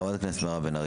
חברת הכנסת מירב בן ארי.